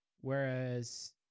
Whereas